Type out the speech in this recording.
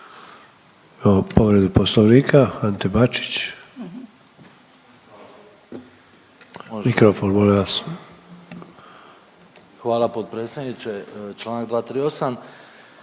Hvala potpredsjedniče, čl. 238,